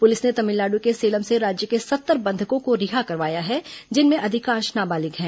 police ने तमिलनाडु के सेलम से राज्य के सत्तर बंधकों को रिहा करवाया है जिनमें अधिकांश नाबालिग हैं